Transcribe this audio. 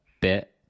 bit